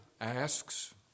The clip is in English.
asks